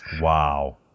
wow